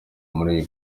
muri